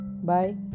Bye